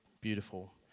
beautiful